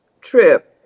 trip